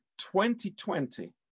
2020